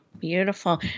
beautiful